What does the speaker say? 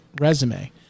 resume